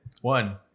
one